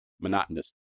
monotonous